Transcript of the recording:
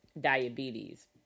diabetes